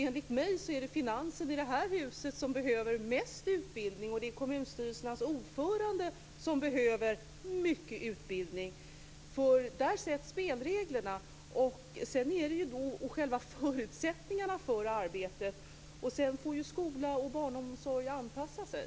Enligt mig är det finansen i det här huset som behöver mest utbildning, och det är kommunstyrelsernas ordförande som behöver mycket utbildning. Det är där som spelreglerna och förutsättningarna för arbetet sätts upp, och sedan får skola och barnomsorg anpassa sig.